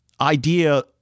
idea